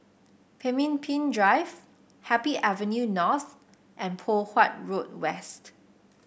Pemimpin Drive Happy Avenue North and Poh Huat Road West